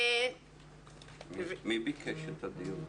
מי ביקש את הדיון?